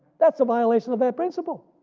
that's a violation of that principle.